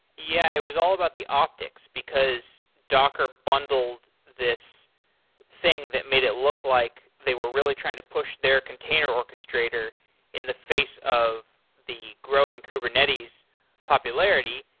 yeah. it was all about the optics, because docker bundled this thing that made it look like they were really to push their container orchestrator in the face of the growing kubernetes popularity,